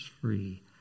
free